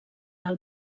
del